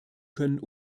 können